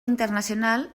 internacional